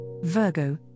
Virgo